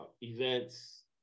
events